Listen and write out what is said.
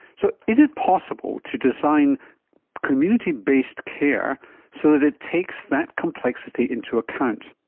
so is it possible to design community-based care so that it takes that complexity into account?